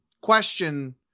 question